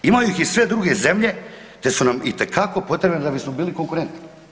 Imaju ih i sve druge zemlje te su nam itekako potrebne da bismo bili konkurentni.